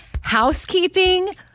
housekeeping